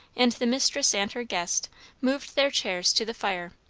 and the mistress and her guest moved their chairs to the fire,